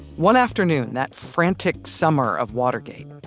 one afternoon that frantic summer of watergate,